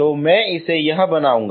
तो मैं इसे यह बनाऊँगा